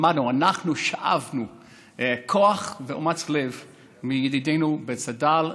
אנחנו שאבנו כוח ואומץ לב מידידינו בצד"ל,